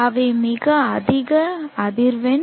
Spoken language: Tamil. அவை மிக அதிக அதிர்வெண்